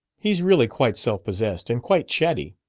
he's really quite self-possessed and quite chatty.